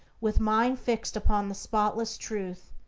with mind fixed upon the spotless truth,